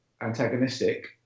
antagonistic